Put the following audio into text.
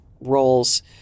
roles